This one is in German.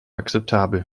akzeptabel